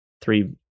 three